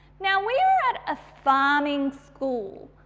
now, we're at a farming school,